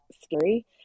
scary